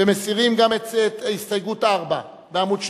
ומסירים גם את הסתייגות 4 בעמוד 2?